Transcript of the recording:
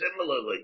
Similarly